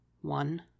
One